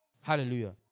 Hallelujah